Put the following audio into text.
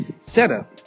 setup